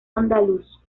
andaluz